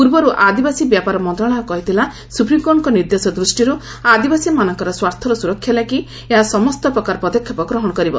ପୂର୍ବରୁ ଆଦିବାସୀ ବ୍ୟାପାରମନ୍ତ୍ରଣାଳୟ କହିଥିଲା ସୁପ୍ରିମକୋର୍ଟଙ୍କ ନିର୍ଦ୍ଦେଶ ଦୃଷ୍ଟିରୁ ଆଦିବାସୀମାନଙ୍କର ସ୍ୱାର୍ଥର ସୁରକ୍ଷା ଲାଗି ଏହା ସମସ୍ତ ପ୍ରକାର ପଦକ୍ଷେପ ଗ୍ରହଣ କରିବ